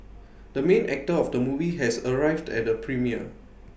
the main actor of the movie has arrived at the premiere